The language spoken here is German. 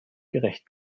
gerecht